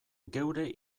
geure